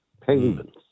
payments